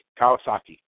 Kawasaki